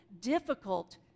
difficult